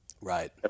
Right